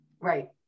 Right